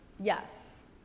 Yes